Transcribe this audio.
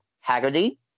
Haggerty